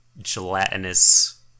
gelatinous